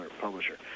publisher